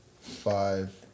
five